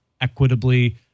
equitably